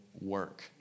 work